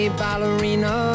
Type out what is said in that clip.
ballerina